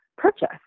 purchase